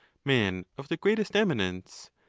men of the greatest emi nence?